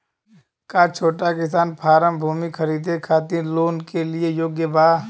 का छोटा किसान फारम भूमि खरीदे खातिर लोन के लिए योग्य बा?